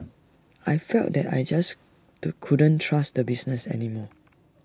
I felt that I just to couldn't trust the business any more